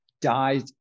dies